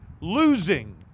losing